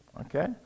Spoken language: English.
Okay